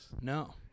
No